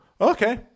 okay